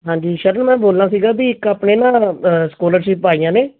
ਹਾਂਜੀ ਸ਼ਰਨ ਮੈਂ ਬੋਲਣਾ ਸੀਗਾ ਵੀ ਇੱਕ ਆਪਣੇ ਨਾ ਸਕੋਲਰਸ਼ਿਪ ਆਈਆਂ ਨੇ